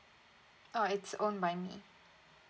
oh it's own money